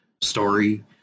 story